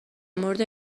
مورد